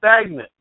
stagnant